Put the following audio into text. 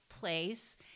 place